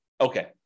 Okay